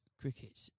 cricket